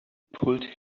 pulled